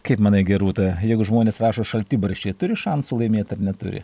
kaip manai gerūta jeigu žmonės rašo šaltibarščiai turi šansų laimėt ar neturi